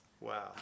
Wow